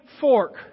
fork